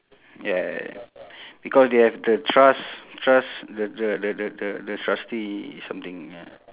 ya because they have the trust trust the the the the the the trusty something ya